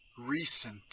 recent